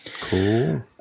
cool